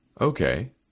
Okay